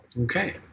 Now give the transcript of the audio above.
okay